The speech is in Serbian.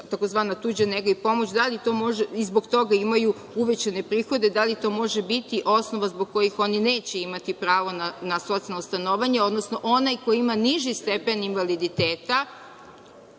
tzv. tuđa nega i pomoć i zbog toga imaju uvećane prihode, da li to može biti osnova zbog kojih oni neće imati pravo na socijalno stanovanje, odnosno onaj ko ima niži stepen invaliditeta